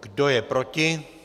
Kdo je proti?